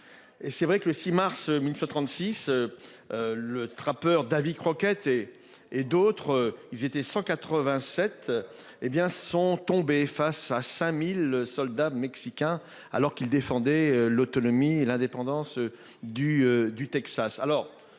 que nos débats. Le 6 mars 1836, le trappeur Davy Crokett et d'autres- ils étaient 187 - sont tombés face à 5 000 soldats mexicains alors qu'ils défendaient l'autonomie et l'indépendance du Texas.